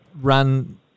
ran